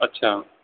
اچھا